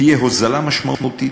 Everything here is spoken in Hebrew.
תהיה הוזלה משמעותית,